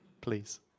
Please